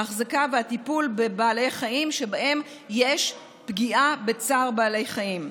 ההחזקה והטיפול בבעלי חיים שבהם יש פגיעה של צער בעלי חיים.